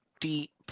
deep